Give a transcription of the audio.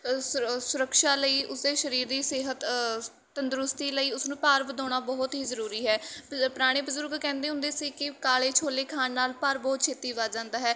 ਸੁਰ ਸੁਰਕਸ਼ਾ ਲਈ ਉਸਦੇ ਸਰੀਰ ਦੀ ਸਿਹਤ ਤੰਦਰੁਸਤੀ ਲਈ ਉਸਨੂੰ ਭਾਰ ਵਧਾਉਣਾ ਬਹੁਤ ਹੀ ਜ਼ਰੂਰੀ ਹੈ ਪੁਰਾਣੇ ਬਜ਼ੁਰਗ ਕਹਿੰਦੇ ਹੁੰਦੇ ਸੀ ਕਿ ਕਾਲੇ ਛੋਲੇ ਖਾਣ ਨਾਲ ਭਾਰ ਬਹੁਤ ਛੇਤੀ ਵੱਧ ਜਾਂਦਾ ਹੈ